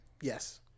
Yes